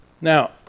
Now